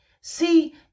see